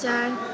चार